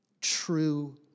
true